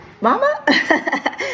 mama